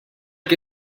que